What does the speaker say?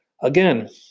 Again